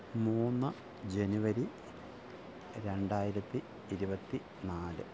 മൂന്ന് ജനുവരി രണ്ടായിരത്തി ഇരുപത്തി നാല്